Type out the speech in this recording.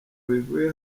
bivuye